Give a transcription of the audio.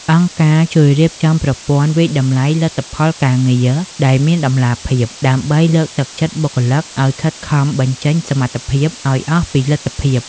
អង្គការជួយរៀបចំប្រព័ន្ធវាយតម្លៃលទ្ធផលការងារ ដែលមានតម្លាភាព ដើម្បីលើកទឹកចិត្តបុគ្គលិកឱ្យខិតខំបញ្ចេញសមត្ថភាពឱ្យអស់ពីលទ្ធភាព។